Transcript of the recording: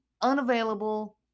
unavailable